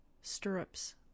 Stirrups